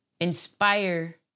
inspire